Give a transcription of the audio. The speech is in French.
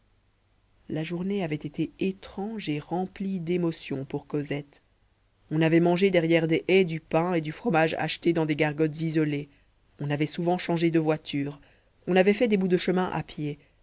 la journée avait été étrange et remplie d'émotions pour cosette on avait mangé derrière des haies du pain et du fromage achetés dans des gargotes isolées on avait souvent changé de voiture on avait fait des bouts de chemin à pied